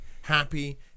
happy